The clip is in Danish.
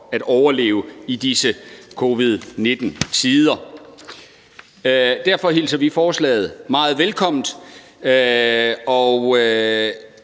at overleve i disse covid-19-tider. Derfor hilser vi forslaget meget velkommen